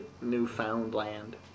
Newfoundland